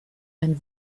ein